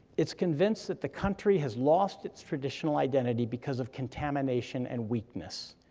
it's convinced that the country has lost its traditional identity because of contamination and weakness.